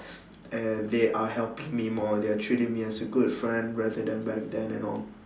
and they are helping me more they are treating me as a good friend rather than back then you know